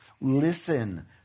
Listen